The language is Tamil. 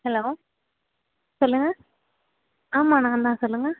ஹலோ சொல்லுங்கள் ஆமாம் நான் தான் சொல்லுங்கள்